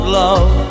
love